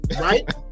right